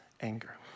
anger